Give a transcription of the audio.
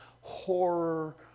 Horror